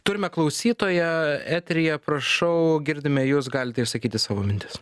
turime klausytoją eteryje prašau girdime jus galite išsakyti savo mintis